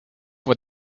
what